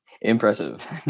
impressive